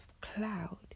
cloud